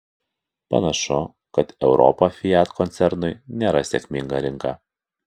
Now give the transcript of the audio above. panašu kad europa fiat koncernui nėra sėkminga rinka